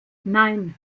nein